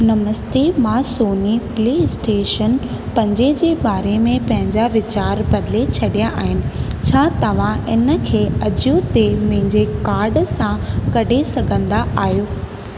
नमस्ते मां Sony PlayStation पंजे जे बारे में पंहिंजा वीचार बदिले छॾिया आहिनि छा तव्हां इनखे अजियो ते मुंहिंजे कार्ड सां कढ़ी सघंदा आहियो